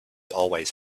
always